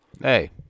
Hey